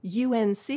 UNC